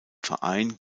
verein